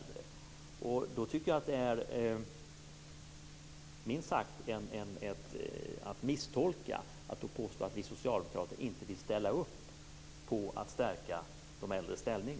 Då tycker jag att det minst sagt är en misstolkning att påstå att vi socialdemokrater inte vill ställa upp på att stärka de äldres ställning.